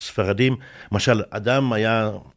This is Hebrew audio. ספרדים, למשל אדם היה